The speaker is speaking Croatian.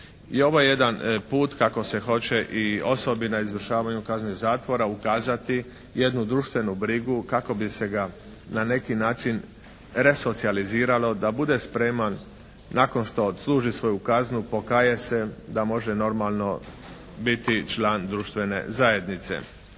I ovo je jedan put kako se hoće i osobi na izdržavanju kazne zatvora ukazati jednu društvenu brigu kako bi se ga na neki način resocijaliziralo da bude spreman nakon što odsluži svoju kaznu, pokaje se da može normalno biti član društvene zajednice.